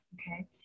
okay